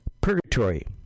purgatory